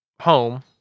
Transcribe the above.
home